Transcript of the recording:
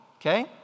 okay